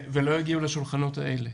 ולא הגיעו לשולחנות האלה.